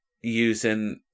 using